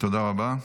תודה רבה.